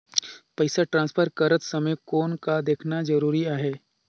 पइसा ट्रांसफर करत समय कौन का देखना ज़रूरी आहे?